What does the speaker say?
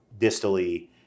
distally